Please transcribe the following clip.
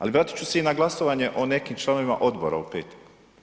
Ali vratit ću se i na glasovanje o nekim članovima odbora u petak.